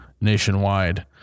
nationwide